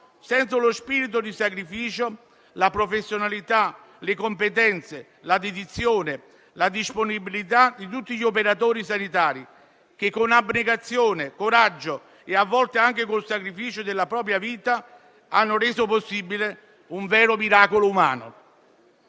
senza lo spirito di sacrificio, la professionalità, le competenze, la dedizione e la disponibilità di tutti gli operatori sanitari che, con abnegazione, coraggio e a volte anche il sacrificio della propria vita, hanno reso possibile un vero miracolo umano.